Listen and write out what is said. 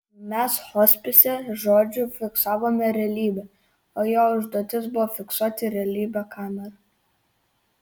mes hospise žodžiu fiksavome realybę o jo užduotis buvo fiksuoti realybę kamera